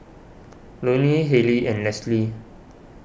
Loney Halley and Leslie